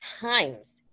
times